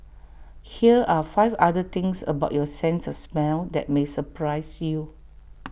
here are five other things about your sense of smell that may surprise you